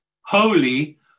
holy